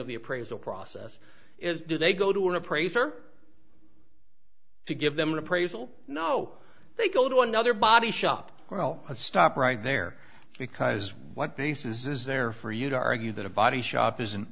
of the appraisal process is do they go to an appraiser if you give them an appraisal no they go to another body shop well stop right there because what basis is there for you to argue that a body shop isn't